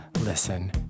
listen